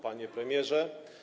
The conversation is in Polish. Panie Premierze!